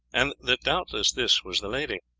and that doubtless this was the lady.